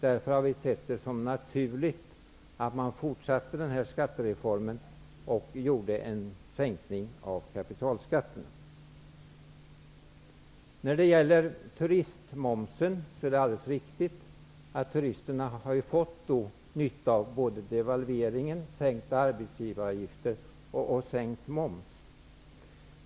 Därför såg vi det som naturligt att fortsätta skattereformen och sänka kapitalskatterna. När det gäller turistmomsen är det alldeles riktigt att turisterna har fått nytta av devalvering, sänkta arbetsgivaravgifter och sänkt moms.